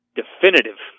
definitive